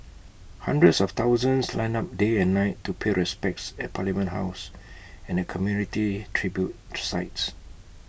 hundreds of thousands lined up day and night to pay respects at parliament house and community tribute sites